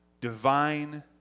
divine